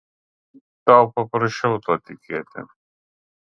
tau paprasčiau tuo tikėti